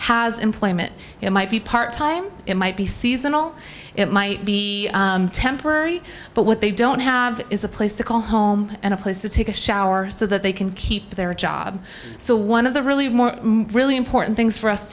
has employment it might be part time it might be seasonal it might be temporary but what they don't have is a place to call home and a place to take a shower so that they can keep their job so one of the really really important things for us